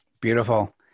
Beautiful